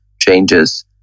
changes